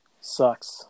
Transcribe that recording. sucks